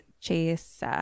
chase